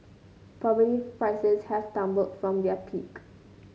property prices have tumbled from their peak